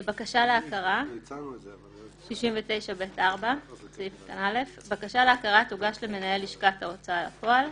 "בקשה להכרה 69ב4. בקשה להכרה תוגש למנהל לשכת ההוצאה לפועל.